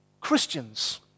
Christians